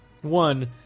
One